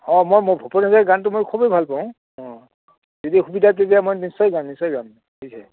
অ' মই ভূপেন হাজৰিকাৰ গানতো মই খুবেই ভাল পাওঁ অ' যদি সুবিধা দিয়ে তেতিয়া মই নিশ্চয় গাম নিশ্চয় গাম